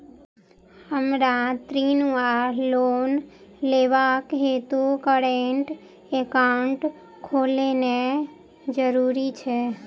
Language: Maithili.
हमरा ऋण वा लोन लेबाक हेतु करेन्ट एकाउंट खोलेनैय जरूरी छै?